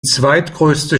zweitgrößte